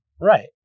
Right